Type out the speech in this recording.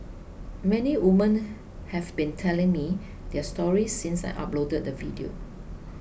many woman have been telling me their stories since I uploaded the video